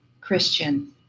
Christian